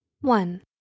One